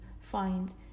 find